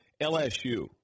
LSU